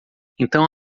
então